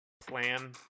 plan